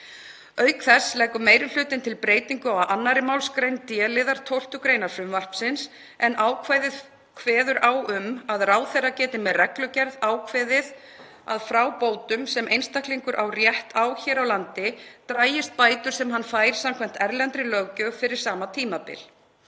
Auk þess leggur meiri hlutinn til breytingu á 2. mgr. d-liðar 12. gr. frumvarpsins, en ákvæðið kveður á um að ráðherra geti með reglugerð ákveðið að frá bótum, sem einstaklingur á rétt á hér á landi, dragist bætur sem hann fær samkvæmt erlendri löggjöf fyrir sama tímabil.